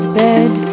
bed